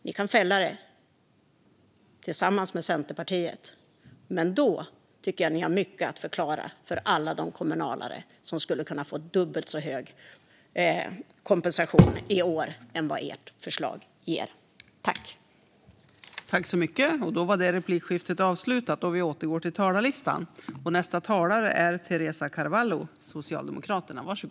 Ni kan fälla det tillsammans med Centerpartiet, men då tycker jag att ni har mycket att förklara för alla de kommunalare som skulle ha kunnat få dubbelt så hög kompensation i år som vad ert förslag ger.